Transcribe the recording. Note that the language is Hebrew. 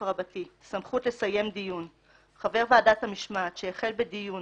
סמכות לסיים דיון 19א. חבר ועדת המשמעת שהחל בדיון